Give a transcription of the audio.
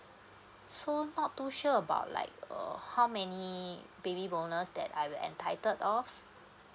so not too sure about like uh how many baby bonus that I will entitled of